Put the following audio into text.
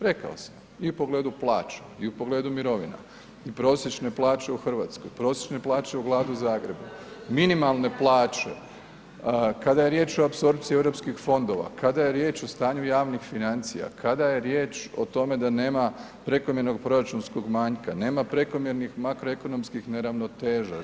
Rekao sam i u pogledu plaća i pogledu mirovina, prosječne plaće u Hrvatskoj, prosječne plaće u Gradu Zagrebu, minimalne plaća, kada je riječ o apsorpciji EU fondova, kada je riječ o stanju javnih financija, kada je riječ o tome da nema prekomjernog proračunskog manjka, nema prekomjernih makroekonomskih neravnoteža.